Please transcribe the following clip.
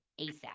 ASAP